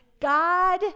God